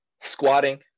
squatting